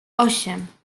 osiem